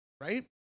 right